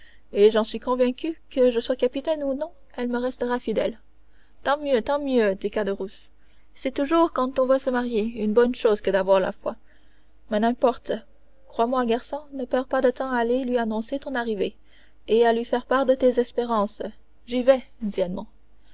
et j'en suis convaincu que je sois capitaine ou non elle me restera fidèle tant mieux tant mieux dit caderousse c'est toujours quand on va se marier une bonne chose que d'avoir la foi mais n'importe crois-moi garçon ne perds pas de temps à aller lui annoncer ton arrivée et à lui faire part de tes espérances j'y vais